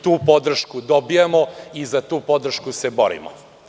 Tu podršku dobijamo i za tu podršku se borimo.